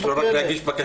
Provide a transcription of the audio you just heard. יש לו רק להגיש בקשות.